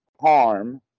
harm